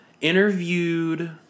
interviewed